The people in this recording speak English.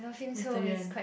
Mister Yuen